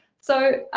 so